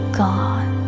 gone